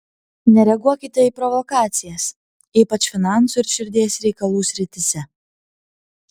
nereaguokite į provokacijas ypač finansų ir širdies reikalų srityse